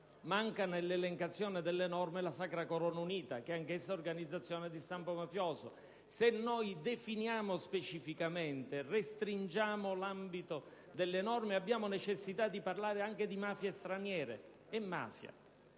Manca nell'elencazione delle norme la Sacra corona unita, anch'essa organizzazione di stampo mafioso. Se definiamo specificamente e restringiamo l'ambito delle norme, abbiamo necessità di parlare anche di mafie straniere. È mafia,